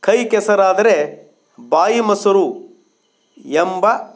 ಕೈ ಕೆಸರಾದರೆ ಬಾಯಿ ಮೊಸರು ಎಂಬ